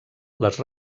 les